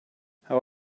how